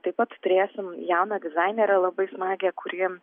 taip pat turėsim jauną dizainerę labai smagią kuri